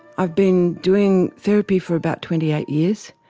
i've been doing therapy for about twenty eight years,